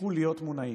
תמשיכו להיות מונעים